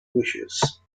wishes